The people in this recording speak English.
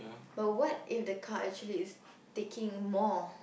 but what if the car actually is taking more